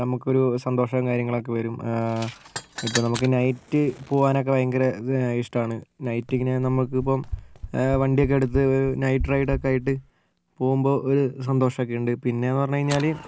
നമുക്ക് ഒരു സന്തോഷോം കാര്യങ്ങൾ ഒക്കെ വരും ഇപ്പോൾ നമുക്ക് നൈറ്റ് പോകാൻ ഒക്കെ ഭയങ്കര ഇത് ഇഷ്ടമാണ് നൈറ്റ് ഇങ്ങനെ നമുക്ക് ഇപ്പം വണ്ടിയൊക്കെ എടുത്ത് നൈറ്റ് റൈഡ് ഒക്കെ ആയിട്ട് പോകുമ്പോൾ ഒരു സന്തോഷമൊക്കെയുണ്ട് പിന്നെ എന്ന് പറഞ്ഞു കഴിഞ്ഞാൽ